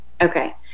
Okay